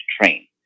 train